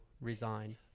resign